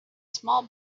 small